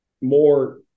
more